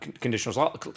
conditional